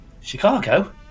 Chicago